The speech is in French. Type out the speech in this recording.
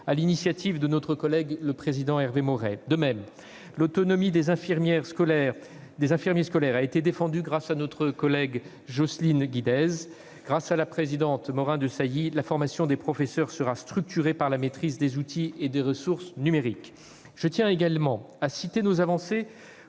l'initiative de notre collègue le président Hervé Maurey. De même, l'autonomie des infirmiers scolaires a été défendue grâce à notre collègue Jocelyne Guidez. Grâce à la présidente Catherine Morin-Desailly, la formation des professeurs sera structurée par la maîtrise des outils et des ressources numériques. Je tiens également à citer nos avancées